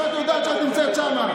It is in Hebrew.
שאת יודעת שאת נמצאת שם.